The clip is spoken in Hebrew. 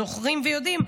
זוכרים ויודעים,